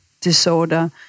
disorder